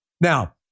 Now